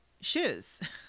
shoes